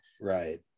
right